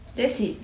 that's it